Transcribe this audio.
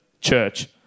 church